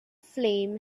flame